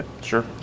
sure